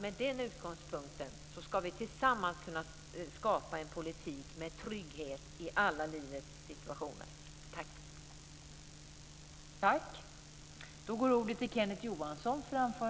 Med den utgångspunkten tror jag att vi tillsammans kan skapa en politik med trygghet i alla livets situationer.